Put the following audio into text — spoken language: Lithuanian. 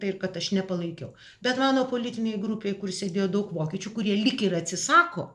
tai ir kad aš nepalaikiau bet mano politinei grupei kur sėdėjo daug vokiečių kurie lyg ir atsisako